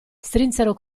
strinsero